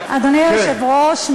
אדוני היושב-ראש,